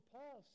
Paul